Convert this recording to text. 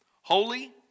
holy